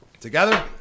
Together